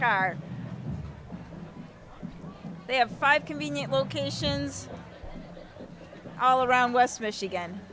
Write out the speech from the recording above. car they have five convenient locations all around west michigan